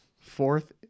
Fourth